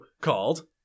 called